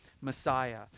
Messiah